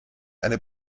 eine